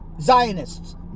Zionists